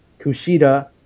Kushida